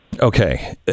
Okay